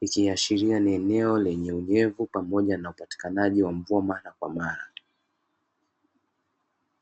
ikiashiria ni eneo lenye unyevu pamoja na upatikanaji wa mvua mara kwa mara.